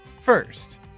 first